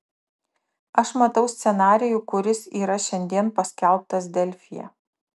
aš matau scenarijų kuris yra šiandien paskelbtas delfyje